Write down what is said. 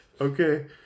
Okay